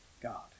God